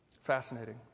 Fascinating